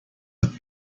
with